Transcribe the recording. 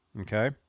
Okay